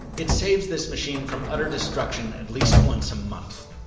it saves this machine from utter destruction at least once a month.